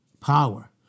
Power